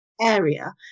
area